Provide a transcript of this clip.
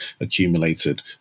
accumulated